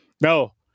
no